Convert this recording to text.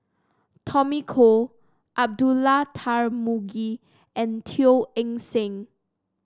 Tommy Koh Abdullah Tarmugi and Teo Eng Seng